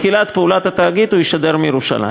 מתחילת פעולת התאגיד הוא ישדר מירושלים.